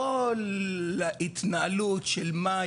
כל ההתנהלות של מה,